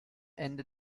ende